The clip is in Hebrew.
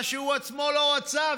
מה שהוא עצמו לא רצה,